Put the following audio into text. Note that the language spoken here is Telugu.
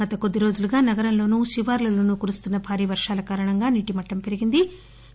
గత కొద్దిరోజులుగా నగరంలోనూ శివార్లలోనూ కురుస్తున్న భారీ వర్షాల కారణంగా నీటిమట్టం పూర్తిస్థాయికి చేరుకుంది